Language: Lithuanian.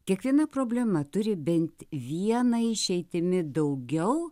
kiekviena problema turi bent viena išeitimi daugiau